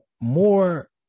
more